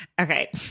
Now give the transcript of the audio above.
Okay